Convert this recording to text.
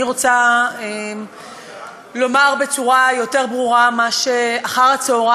אני רוצה לומר בצורה יותר ברורה מה שאחר-הצהריים,